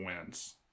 wins